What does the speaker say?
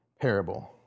parable